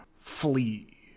Flee